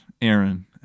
aaron